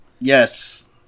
Yes